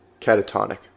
catatonic